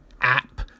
app